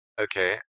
Okay